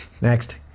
Next